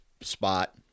spot